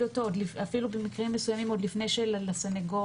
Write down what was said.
אותו אפילו במקרים מסוימים עוד לפני שלסניגור,